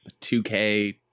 2k